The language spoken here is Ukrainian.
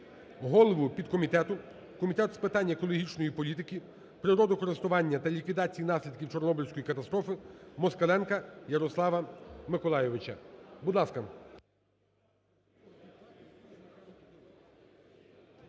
голову підкомітету Комітету з питань екологічної політики, природокористування та ліквідації наслідків Чорнобильської катастрофи Москаленка Ярослава Миколайовича, будь ласка.